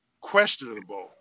questionable